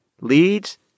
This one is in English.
leads